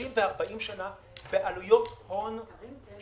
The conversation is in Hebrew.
פרויקט ולהעלות אותו על הכתב ולשלוח לכם.